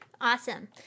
Awesome